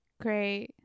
great